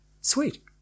sweet